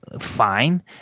fine